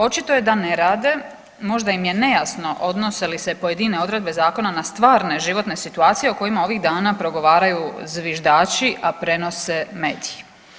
Očito je da ne rade, možda im je nejasno odnose li se pojedine odredbe zakona na stvarne životne situacije o kojima ovih dana progovaraju zviždači, a prenose mediji.